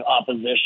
opposition